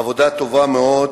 עבודה טובה מאוד,